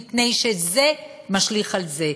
מפני שזה משליך על זה.